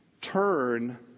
turn